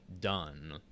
done